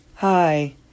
Hi